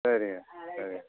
சரிங்க சரி